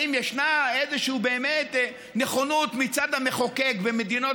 האם ישנה איזושהי נכונות מצד המחוקק במדינות